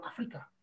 Africa